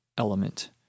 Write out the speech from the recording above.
Element